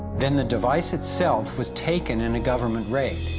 then the device itself was taken in a government raid.